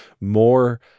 more